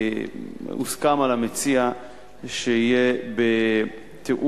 הוסכם על המציע שקידומה של ההצעה יהיה בתיאום